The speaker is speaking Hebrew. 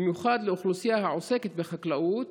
במיוחד לאוכלוסייה העוסקת בחקלאות,